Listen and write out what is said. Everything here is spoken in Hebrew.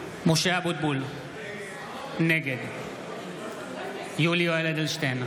אבוטבול, נגד יולי יואל אדלשטיין,